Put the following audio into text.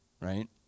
right